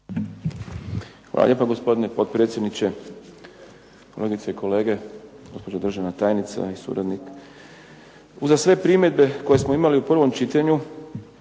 Hvala lijepa gospodine potpredsjedniče, kolegice i kolege, gospođo državna tajnice i suradnik. Uza sve primjedbe koje smo imali u prvom čitanju